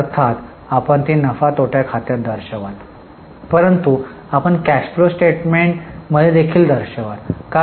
अर्थात आपण ते नफा तोटा खात्यात दर्शवाल परंतु आपण कॅश फ्लो स्टेटमेंटमध्ये देखील दर्शवाल